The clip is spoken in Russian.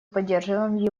поддерживаем